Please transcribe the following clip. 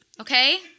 Okay